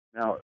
Now